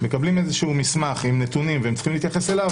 מקבלים איזשהו מסמך עם נתונים והם צריכים להתייחס אליו,